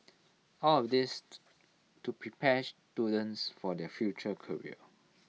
all of this to prepare students for their future career